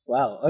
Wow